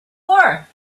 war